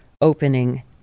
opening